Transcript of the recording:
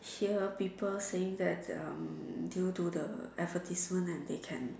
hear people saying that um due to the advertisement and they can